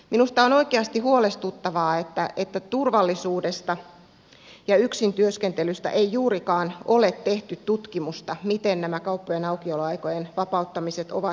minusta on oikeasti huolestuttavaa että turvallisuudesta ja yksintyöskentelystä ei juurikaan ole tehty tutkimusta miten nämä kauppojen aukioloaikojen vapauttamiset ovat siihen vaikuttaneet